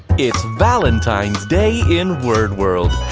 it's valentine's day in word world,